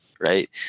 Right